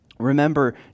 Remember